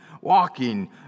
walking